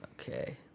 Okay